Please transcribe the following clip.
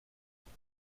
جدید